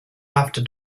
after